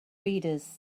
readers